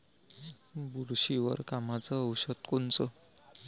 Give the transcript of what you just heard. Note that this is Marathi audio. बुरशीवर कामाचं औषध कोनचं?